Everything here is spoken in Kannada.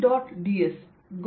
dS